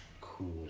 cool